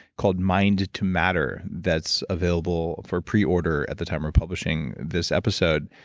called mind to matter, that's available for pre-order at the time we're publishing this episode.